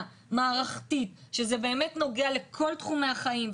מערכתית שזה באמת נוגע לכל תחומי החיים,